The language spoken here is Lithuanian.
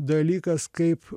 dalykas kaip